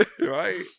Right